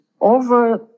over